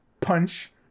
punch